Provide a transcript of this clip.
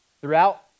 Throughout